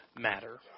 matter